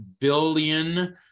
billion